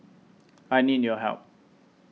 I need your help